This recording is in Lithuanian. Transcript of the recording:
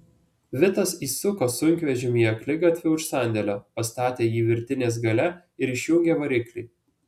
vitas įsuko sunkvežimį į akligatvį už sandėlio pastatė jį virtinės gale ir išjungė variklį